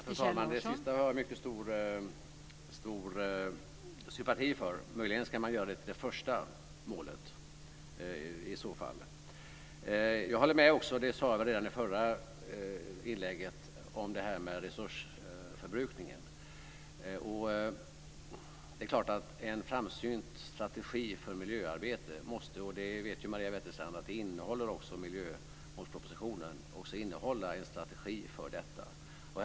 Fru talman! Det sista har jag mycket stor sympati för. Möjligen ska man i så fall göra detta till det första målet. Jag instämmer i - och det sade jag redan i förra inlägget - detta med resursförbrukningen. Det är klart att en framsynt strategi för miljöarbetet måste, och det vet Maria Wetterstrand, också innehålla en strategi för detta, och det innehåller ju också miljömålspropositionen.